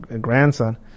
grandson